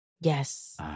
Yes